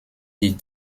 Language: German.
die